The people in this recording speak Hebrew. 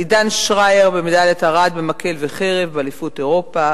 עידן שרייר במדליית ארד במקל וחרב באליפות אירופה,